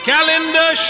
Calendar